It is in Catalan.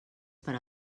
per